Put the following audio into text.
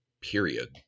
Period